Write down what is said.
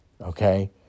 okay